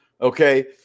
okay